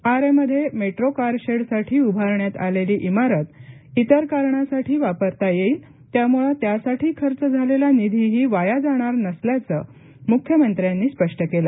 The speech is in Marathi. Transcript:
आरेमध्ये मेट्रो कारशेडसाठी उभारण्यात आलेली इमारत ही इतर कारणासाठी वापरता येईल त्यामुळे त्यासाठी खर्च झालेला निधीही वाया जाणार नसल्याचे मुख्यमंत्र्यांनी स्पष्ट केले